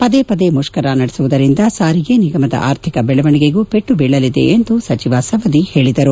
ಪದೆ ಪದೇ ಮುತ್ತರ ಮಾಡುವುದರಿಂದ ಸಾರಿಗೆ ನಿಗಮದ ಆರ್ಥಿಕ ಬೆಳವಣಿಗೆಗೂ ಪೆಟ್ಟು ಬೀಳಲಿದೆ ಎಂದು ಸಚಿವ ಸವದಿ ಹೇಳಿದರು